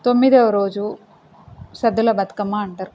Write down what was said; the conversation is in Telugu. తొమ్మిదో రోజు సద్ధుల బతుకమ్మ అంటారు